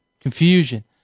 confusion